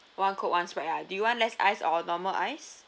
one coke one sprite ah do you want less ice or normal ice